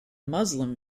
muslim